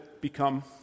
become